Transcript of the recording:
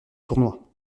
tournoi